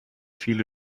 viele